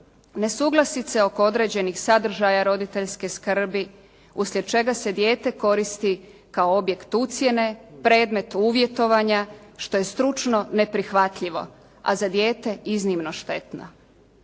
nesuglasice oko određenih sadržaja roditeljske skrbi uslijed čega se dijete koristi kao objekt ucjene, predmet uvjetovanja što je stručno neprihvatljivo, a za dijete iznimno štetno.